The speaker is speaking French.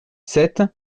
sept